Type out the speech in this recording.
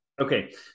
okay